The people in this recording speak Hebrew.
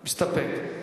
מסתפק.